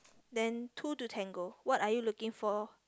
then two to tango what are you looking for